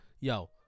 Yo